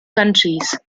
countries